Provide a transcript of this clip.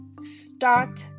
start